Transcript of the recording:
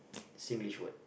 Singlish word